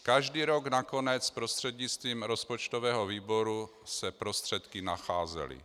Každý rok nakonec prostřednictvím rozpočtového výboru se prostředky nacházely.